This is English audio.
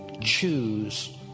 choose